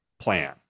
plan